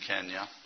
Kenya